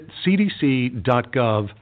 cdc.gov